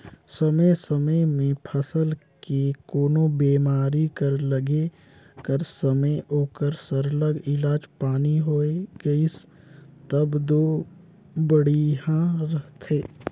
समे समे में फसल के कोनो बेमारी कर लगे कर समे ओकर सरलग इलाज पानी होए गइस तब दो बड़िहा रहथे